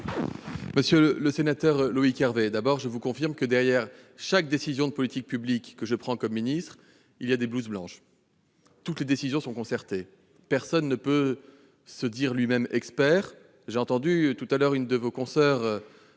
Monsieur le sénateur Loïc Hervé, je vous confirme que, derrière chaque décision de politique publique que je prends comme ministre, il y a des blouses blanches : toutes les décisions sont concertées. Personne ne peut se dire lui-même expert. Précédemment, l'une de vos collègues-